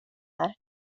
här